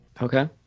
okay